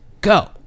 go